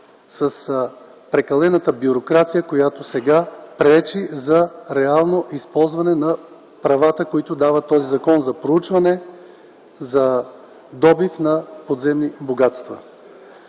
с прекалената бюрокрация, която сега пречи за реалното използване на правата, които дава този закон за проучване и добив на подземни богатства.